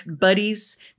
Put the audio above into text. buddies